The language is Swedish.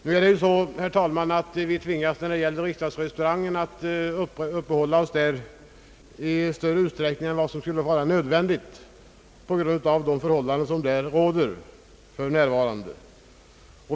Nu är det så att vi tvingas att uppehålla oss i riksdagsrestaurangen i större utsträckning än vad som skulle vara nödvändigt, detta på grund av de förhållanden som råder där för närvarande.